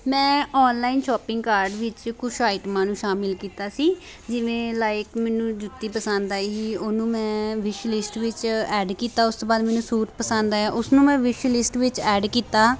ਮੈਂ online shopping card ਵਿੱਚ ਕੁਛ ਆਈਟਮਾਂ ਨੂੰ ਸ਼ਾਮਿਲ ਕੀਤਾ ਸੀ ਜਿਵੇਂ ਲਾਈਕ ਮੈਨੂੰ ਜੁੱਤੀ ਪਸੰਦ ਆਈ ਸੀ ਉਹਨੂੰ ਮੈਂ ਵਿਸ਼ਲਿਸਟ ਵਿੱਚ ਐਡ ਕੀਤਾ ਉਸ ਤੋਂ ਬਾਅਦ ਮੈਨੂੰ ਸੂਟ ਪਸੰਦ ਆਇਆ ਉਸਨੂੰ ਮੈਂ ਵਿਸ਼ਲਿਸਟ ਵਿੱਚ ਐਡ ਕੀਤਾ